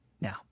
Now